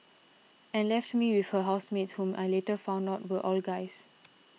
and left me with her housemates whom I later found out were all guys